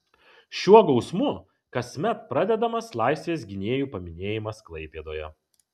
šiuo gausmu kasmet pradedamas laisvės gynėjų paminėjimas klaipėdoje